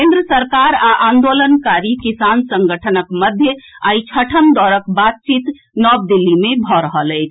केन्द्र सरकार आ आंदोलनकारी किसान संगठनक मध्य आइ छठम दौरक बातचीत नव दिल्ली मे भऽ रहल अछि